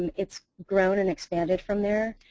it's grown and expanded from there.